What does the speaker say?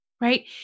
right